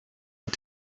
und